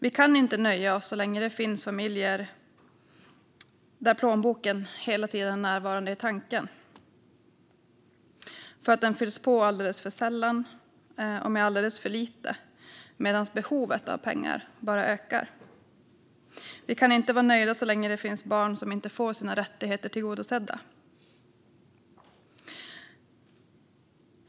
Vi kan inte nöja oss så länge det finns familjer där plånboken hela tiden är närvarande i tanken för att den fylls på alldeles för sällan och med alldeles för lite, medan behovet av pengar bara ökar. Vi kan inte vara nöjda så länge det finns barn som inte får sina rättigheter tillgodosedda.